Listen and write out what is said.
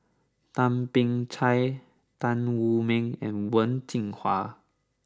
Thum Ping Tjin Tan Wu Meng and Wen Jinhua